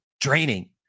draining